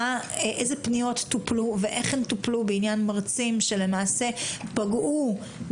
אילו פניות טופלו ואיך הן טופלו בעניין מרצים שפגעו בחופש